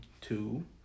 Two